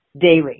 daily